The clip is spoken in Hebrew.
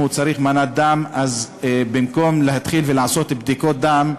אם הוא צריך מנת דם, במקום לעשות בדיקות דם,